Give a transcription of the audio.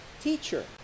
teacher